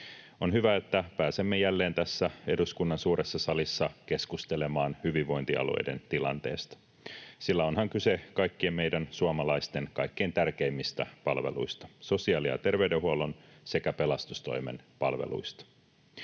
On hyvä, että pääsemme jälleen tässä eduskunnan suuressa salissa keskustelemaan hyvinvointialueiden tilanteesta, sillä onhan kyse kaikkien meidän suomalaisten kaikkein tärkeimmistä palveluista: sosiaali- ja terveydenhuollon sekä pelastustoimen palveluista.